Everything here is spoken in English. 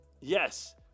Yes